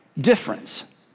difference